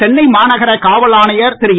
சென்னை மாநகர காவல் அணையர் திருஏ